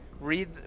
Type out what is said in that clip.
Read